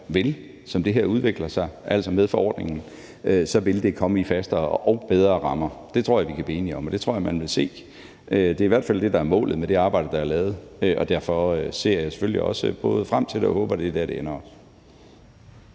der, som det her udvikler sig med forordningen, vil komme i fastere og bedre rammer. Det tror jeg vi kan blive enige om, og det tror jeg man vil se. Det er i hvert fald det, der er målet med det arbejde, der er lavet, og derfor ser jeg selvfølgelig frem til og håber, at det også er der, det ender.